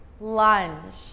lunge